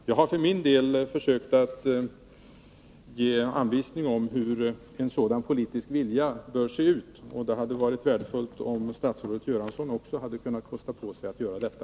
Jag har för min del försökt att ge anvisning om hur en sådan politisk vilja bör se ut. Det hade varit värdefullt om statsrådet Göransson också hade kunnat kosta på sig att göra detta.